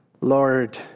Lord